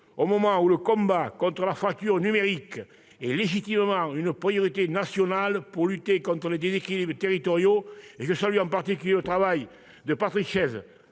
Au moment où le combat contre la fracture numérique est légitimement une priorité nationale pour lutter contre les déséquilibres territoriaux- je salue notamment le travail de Patrick Chaize